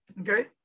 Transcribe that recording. Okay